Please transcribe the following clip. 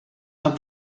amb